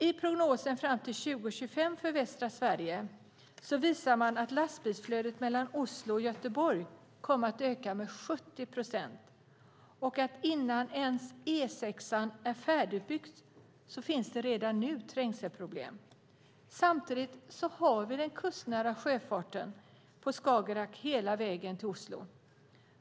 I prognosen för tiden fram till 2025 för västra Sverige visar man att lastbilsflödet mellan Oslo och Göteborg kommer att öka med 70 procent och att det redan nu innan E6:an ens är färdigutbyggd finns trängselproblem. Samtidigt har vi den kustnära sjöfarten på Skagerrak hela vägen till Oslo.